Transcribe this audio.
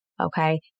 Okay